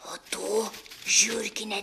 o tu žiurkine